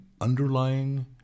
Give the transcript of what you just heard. underlying